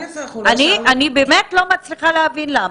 אני באמת לא מצליחה להבין למה.